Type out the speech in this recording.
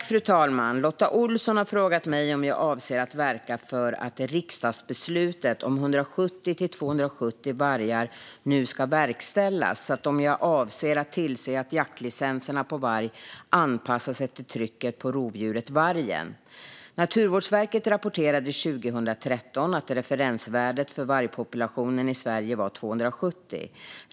Fru talman! har frågat mig om jag avser att verka för att riksdagsbeslutet om 170-270 vargar nu ska verkställas samt om jag avser att tillse att jaktlicenserna på varg anpassas efter trycket på rovdjuret vargen. Naturvårdsverket rapporterade 2013 att referensvärdet för vargpopulationen i Sverige var 270.